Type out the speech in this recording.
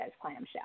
clamshell